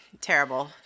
terrible